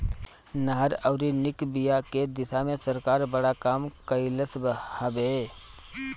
नहर अउरी निक बिया के दिशा में सरकार बड़ा काम कइलस हवे